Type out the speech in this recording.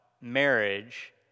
marriage